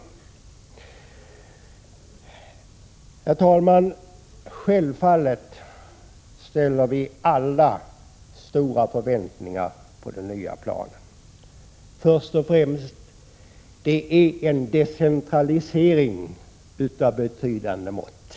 Herr talman! Självfallet ställer vi alla stora förväntningar på den nya Prot. 1986/87:36 planen. Först och främst innebär den en decentralisering av betydande mått.